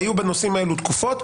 היו בנושאים האלו תקופות.